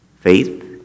faith